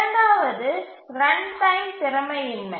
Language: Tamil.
இரண்டாவது ரன்டைம் திறமையின்மை